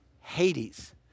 Hades